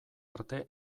arte